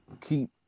keep